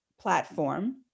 platform